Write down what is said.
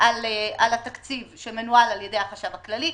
על התקציב שמנוהל על ידי החשב הכללי,